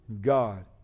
God